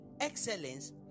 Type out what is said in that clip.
excellence